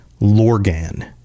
Lorgan